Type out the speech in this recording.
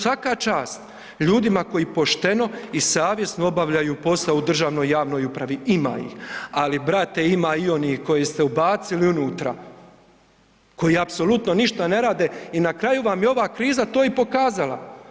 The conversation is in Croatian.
Svaka čast ljudima koji pošteno i savjesno obavljaju posao u državnoj i javnoj upravi, ima ih, ali brate ima i onih koje ste ubacili unutra koji apsolutno ništa ne rade i na kraju vam je to kriza to i pokazala.